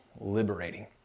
liberating